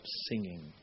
singing